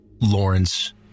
Lawrence